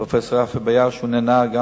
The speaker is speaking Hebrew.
פרופסור רפי ביאר, שנענה גם